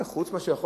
חוץ מאשר,